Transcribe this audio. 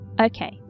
Okay